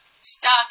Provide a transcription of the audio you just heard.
stuck